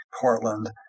Portland